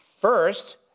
first